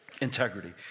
Integrity